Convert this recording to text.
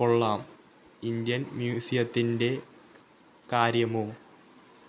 കൊള്ളാം ഇൻഡ്യൻ മ്യൂസിയത്തിന്റെ കാര്യമോ